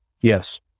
Yes